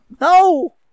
no